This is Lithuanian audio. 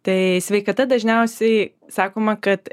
tai sveikata dažniausiai sakoma kad